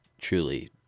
truly